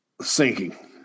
sinking